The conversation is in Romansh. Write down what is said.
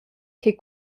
che